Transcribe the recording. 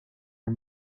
are